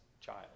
child